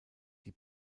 die